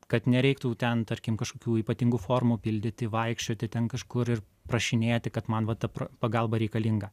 kad nereiktų ten tarkim kažkokių ypatingų formų pildyti vaikščioti ten kažkur ir prašinėti kad man va ta pagalba reikalinga